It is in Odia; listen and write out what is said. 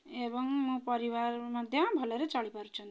ଏବଂ ମୋ ପରିବାର ମଧ୍ୟ ଭଲରେ ଚଳିପାରୁଛନ୍ତି